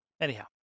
Anyhow